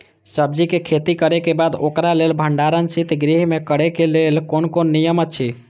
सब्जीके खेती करे के बाद ओकरा लेल भण्डार शित गृह में करे के लेल कोन कोन नियम अछि?